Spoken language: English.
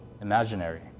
imaginary